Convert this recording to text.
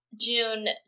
june